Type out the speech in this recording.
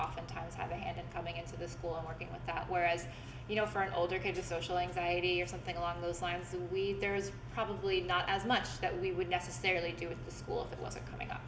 oftentimes how they had it coming into the school working with whereas you know for an older kid to social anxiety or something along those lines there is probably not as much that we would necessarily do with the school that wasn't coming up